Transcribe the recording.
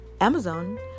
Amazon